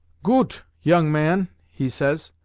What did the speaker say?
goot, young man he says.